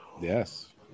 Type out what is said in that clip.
Yes